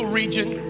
region